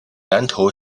南投